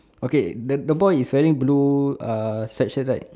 okay the the boy is wearing blue ah sweatshirt right